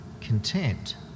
content